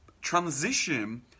transition